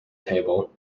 table